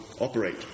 operate